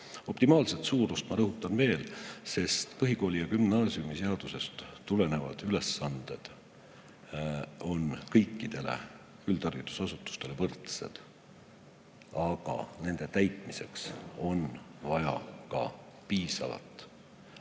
Optimaalset suurust ma rõhutan veel, sest põhikooli- ja gümnaasiumiseadusest tulenevad ülesanded on kõikidele üldharidusasutustele võrdsed. Aga nende täitmiseks on vaja ka piisavat